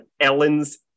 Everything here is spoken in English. Ellen's